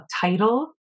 title